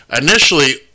initially